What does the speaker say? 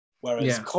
whereas